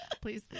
please